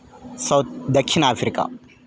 south దక్షిణ Africa